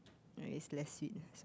ya it's less sweet